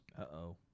Uh-oh